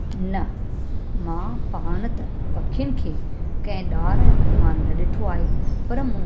न मां पाण त पखियुनि खे कंहिं ॾाड़ मां न ॾिठो आहे पर मूं